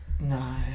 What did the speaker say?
No